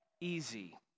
easy